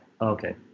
okay